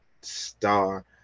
star